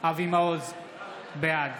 אבי מעוז, בעד